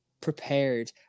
prepared